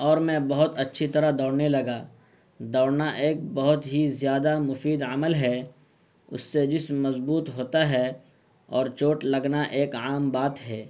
اور میں بہت اچھی طرح دوڑنے لگا دوڑنا ایک بہت ہی زیادہ مفید عمل ہے اس سے جسم مضبوط ہوتا ہے اور چوٹ لگنا ایک عام بات ہے